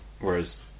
Whereas